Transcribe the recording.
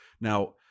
Now